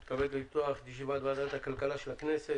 אני מתכבד לפתוח את ישיבת ועדת הכלכלה של הכנסת,